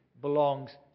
belongs